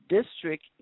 District